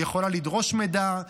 היא יכולה לדרוש מידע,